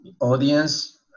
audience